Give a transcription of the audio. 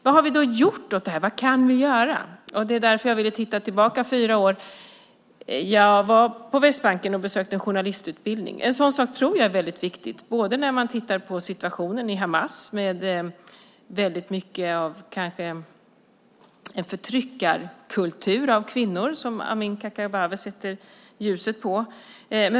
Vad har vi då gjort åt detta? Vad kan vi göra? Jag besökte en journalistutbildning på Västbanken. En sådan utbildning tror jag är mycket viktig när man tittar på den situation som Hamas skapat. Det är en förtryckarkultur när det gäller kvinnorna som Amineh Kakabaveh sätter ljuset på.